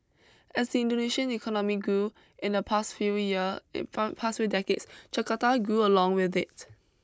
as the Indonesian economy grew in the past few year past few decades Jakarta grew along with it